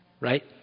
right